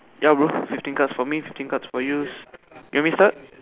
ya bro fifteen cards for me fifteen cards for you you want me start